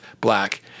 black